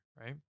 Right